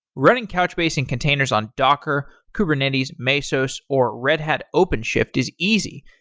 running couchbase in containers on docker, kubernetes, mesos, or red hat openshift is easy.